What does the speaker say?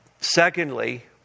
Secondly